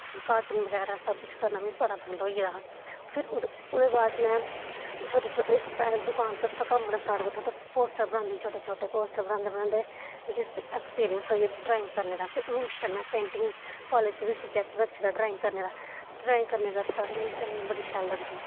फिर कार्टून बगैरा सब्भ कुछ करना मीं बड़ा पसंद होई गेदा हा फिर ओह्द ओहदे बाद च में छोटे छोटे इक पै दकान उप्पर कम्म करना स्टार्ट कीता उत्थै पोस्टर बनादी ही छोटे छोटे पोस्टर बनांदे बनांदे मिगी एक्सपीरियंस होई गेदा हा ड्राइंग करने दा फिर हून ते में पेंटिंग कालेज च बी सबजैक्ट रक्खे दा ड्राइंग करने दा ड्राइंग करने आस्तै मिगी ड्राइंग बड़ी शैल लगदी